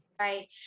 right